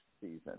season